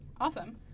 Awesome